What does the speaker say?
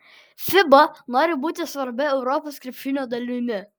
fiba nori būti svarbia europos krepšinio dalimi